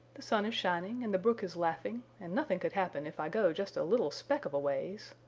the sun is shining and the brook is laughing and nothing could happen if i go just a little speck of a ways.